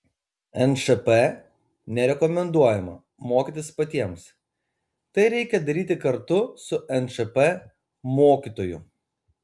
nšp nerekomenduojama mokytis patiems tai reikia daryti kartu su nšp mokytoju